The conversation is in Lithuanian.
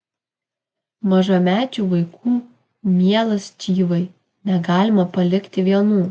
mažamečių vaikų mielas čyvai negalima palikti vienų